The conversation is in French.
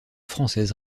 française